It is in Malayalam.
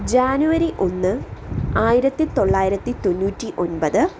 ജാനുവരി ഒന്ന് ആയിരത്തി തൊള്ളായിരത്തി തൊണ്ണൂറ്റി ഒൻപത്